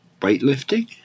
weightlifting